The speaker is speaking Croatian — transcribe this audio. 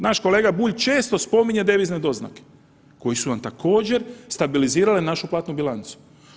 Naš kolega Bulj često spominje devizne doznake koje su nam također stabilizirale našu platnu bilancu.